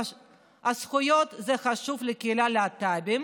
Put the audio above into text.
זכויות זה חשוב לקהילת הלהט"בים,